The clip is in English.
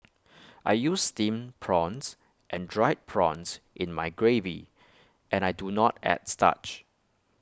I use Steamed prawns and Dried prawns in my gravy and I do not add starch